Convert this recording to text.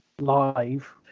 live